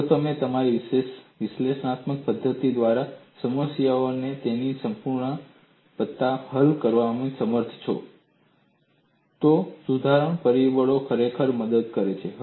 જો તમે તમારી વિશ્લેષણાત્મક પદ્ધતિ દ્વારા સમસ્યાને તેની સંપૂર્ણતામાં હલ કરવામાં અસમર્થ છો તો સુધારણા પરિબળો ખરેખર મદદ કરે છે